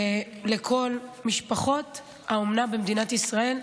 ולכל משפחות האומנה במדינת ישראל,